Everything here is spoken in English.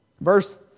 Verse